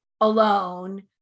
alone